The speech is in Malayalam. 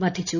വധിച്ചു